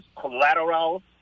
collateral